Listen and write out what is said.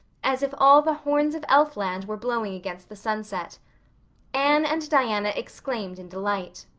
as if all the horns of elfland were blowing against the sunset anne and diana exclaimed in delight.